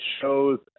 shows